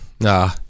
Nah